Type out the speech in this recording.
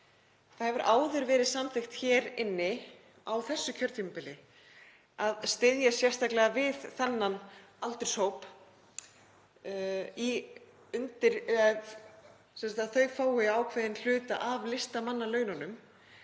Það hefur áður verið samþykkt hér inni á þessu kjörtímabili að styðja sérstaklega við þennan aldurshóp þannig að hann fái ákveðinn hluta af listamannalaunum.